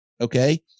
Okay